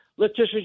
Letitia